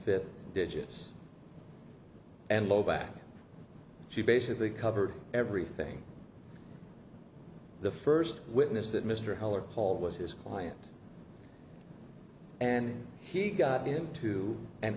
fifth digits and low back she basically covered everything the first witness that mr heller called was his client and he got into and